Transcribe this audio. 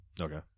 Okay